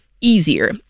easier